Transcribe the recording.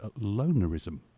lonerism